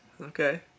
Okay